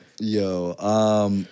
Yo